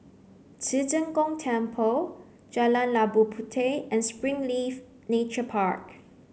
Ci Zheng Gong Temple Jalan Labu Puteh and Springleaf Nature Park